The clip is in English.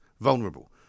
vulnerable